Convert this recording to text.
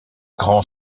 grand